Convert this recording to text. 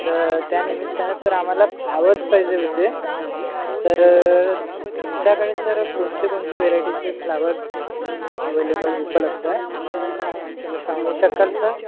तर त्या निमित्ताने सर आम्हाला फ्लावर्स पाहिजे होते तर तुमच्याकडे सर कोणते कोणते व्हेरायटीजचे फ्लावर्स अव्हेलेबल उपलब्ध आहे तुम्ही सांगू शकाल सर